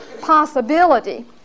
possibility